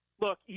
Look